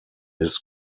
his